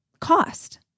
cost